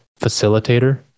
facilitator